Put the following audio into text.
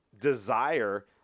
desire